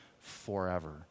forever